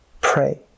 pray